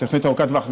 בתוכנית ארוכת טווח,